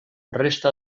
resta